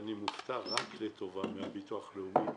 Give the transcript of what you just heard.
שאני מופתע רק לטובה מהביטוח הלאומי